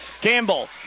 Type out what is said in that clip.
Campbell